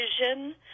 vision